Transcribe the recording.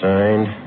Signed